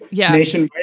yeah. nation,